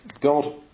God